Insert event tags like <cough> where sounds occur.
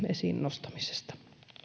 <unintelligible> esiin nostamisesta